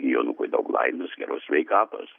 jonukui daug laimės geros sveikatos